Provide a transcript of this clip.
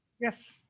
Yes